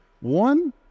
one